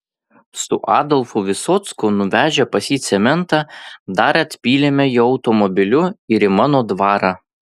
su adolfu visocku nuvežę pas jį cementą dar atpylėme jo automobiliu ir į mano dvarą